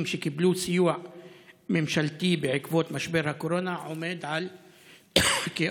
שקיבלו סיוע ממשלתי בעקבות משבר הקורונה עומד על כ-45%.